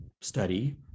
study